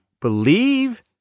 believe